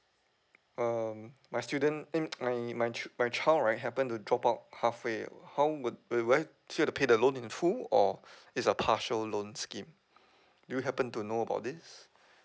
um my student ing my my ch~ my child right happen to drop out halfway how would would I still have to pay the loan in full or it's a partial loan scheme do you happen to know about this